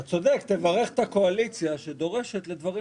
אתה צודק, תברך את הקואליציה שדורשת לדברים כאלה.